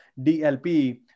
DLP